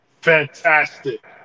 Fantastic